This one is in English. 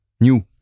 New